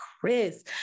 Chris